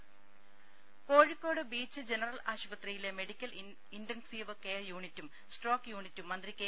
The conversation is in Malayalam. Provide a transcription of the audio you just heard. രുമ കോഴിക്കോട് ബീച്ച് ജനറൽ ആശുപത്രിയിലെ മെഡിക്കൽ ഇന്റൻസീവ് കെയർ യൂണിറ്റും സ്ട്രോക്ക് യൂണിറ്റും മന്ത്രി കെ